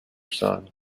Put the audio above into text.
son